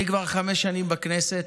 אני כבר חמש שנים בכנסת.